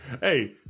hey